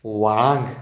व्हाळांक